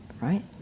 right